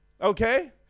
Okay